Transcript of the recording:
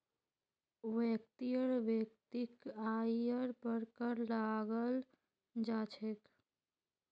व्यक्तिर वैयक्तिक आइर पर कर लगाल जा छेक